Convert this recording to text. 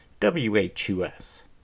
WHUS